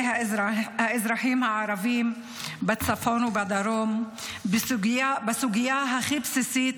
האזרחים הערבים בצפון ובדרום בסוגיה הכי בסיסית,